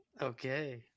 Okay